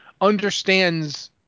understands